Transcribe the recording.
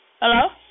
Hello